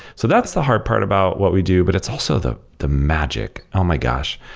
so that's the hard part about what we do, but it's also the the magic, oh my gosh!